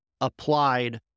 applied